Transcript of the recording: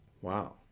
Wow